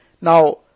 Now